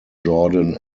jordan